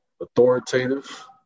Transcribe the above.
authoritative